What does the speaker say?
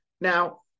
Now